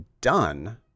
done